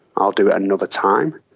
i'll do it another time,